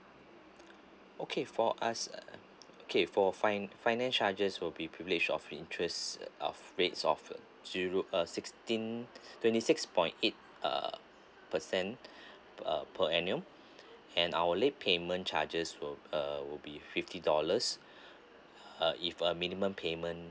okay for us uh okay for fin~ finance charges will be privilege of interests of rates of zero uh sixteen twenty six point eight uh per cent uh per annum and our late payment charges will uh will be fifty dollars uh if a minimum payment